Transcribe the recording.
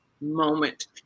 moment